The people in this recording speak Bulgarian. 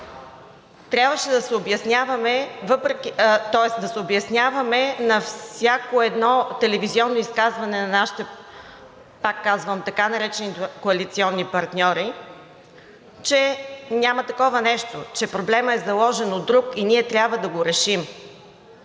Трябваше да се обясняваме на всяко едно телевизионно изказване на нашите, пак казвам, така наречени коалиционни партньори, че няма такова нещо, че проблемът бе заложен от друг и ние трябва да го решим,